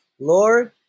Lord